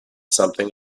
something